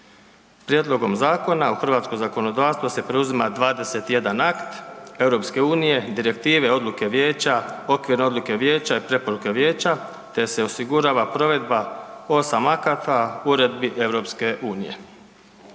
Prijedlogom zakona u hrvatsko zakonodavstvo se preuzima 21 akt EU, direktive, odluke vijeća, okvirne odluke vijeća i preporuke vijeća, te se osigurava provedba 8 akata uredbi EU.